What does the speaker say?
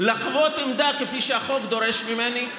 לחוות עמדה כפי שהחוק דורש ממני,